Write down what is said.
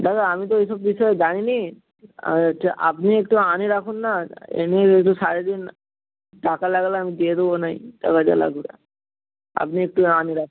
দাদা আমি তো এসব বিষয় জানি না আর হচ্ছে আপনি একটু আনিয়ে রাখুন না এমনি একটু সারিয়ে দিন টাকা লাগলে আমি দিয়ে দেবো নয় টাকা যা লাগবে আপনি একটু আনিয়ে রাখুন